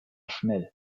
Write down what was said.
schnell